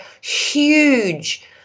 huge